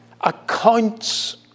accounts